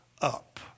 up